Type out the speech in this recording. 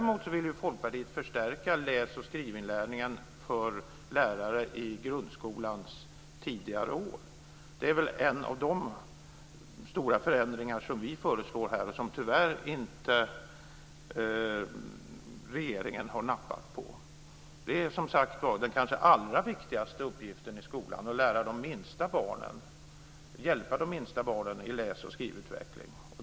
Däremot vill Folkpartiet öka kunskaperna om läsoch skrivinlärning hos lärare i grundskolans tidigare år. Det är en av de stora förändringar som vi föreslår och som tyvärr inte regeringen har nappat på. Det är, som sagt, kanske den allra viktigaste uppgiften i skolan att hjälpa de yngsta barnen i deras läs och skrivutveckling.